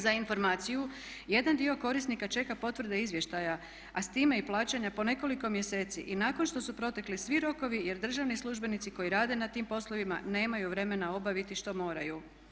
Za informaciju jedan dio korisnika čeka potvrde izvještaja a s time i plaćanja po nekoliko mjeseci i nakon što su protekli svi rokovi jer državni službenici koji rade na tim poslovima nemaju vremena obaviti što moraju.